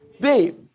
Babe